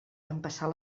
empassar